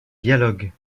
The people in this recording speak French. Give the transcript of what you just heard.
dialogues